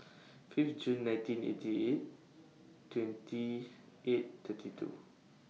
five June nineteen eighty eight twenty eight thirty two